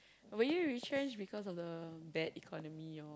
were you retrenched because of the bad economy or